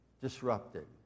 disrupted